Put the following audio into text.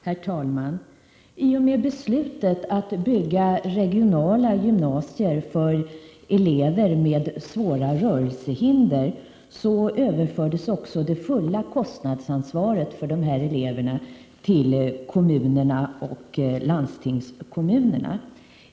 Herr talman! I och med beslutet att bygga regionala gymnasier för elever med svåra rörelsehinder överfördes också det fulla kostnadsansvaret för dessa elever till kommunerna och landstingskommunerna.